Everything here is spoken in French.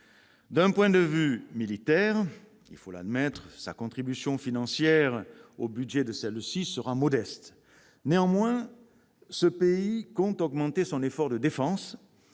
D'un point de vue militaire, il faut l'admettre, sa contribution financière au budget de l'Alliance sera modeste. Néanmoins, ce pays compte augmenter son effort de défense